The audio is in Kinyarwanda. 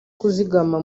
kuzigama